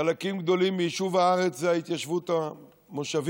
חלקים גדול מיישוב הארץ זה ההתיישבות המושבית.